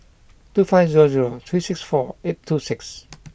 two five zero zero three six four eight two six